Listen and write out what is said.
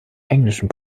englischen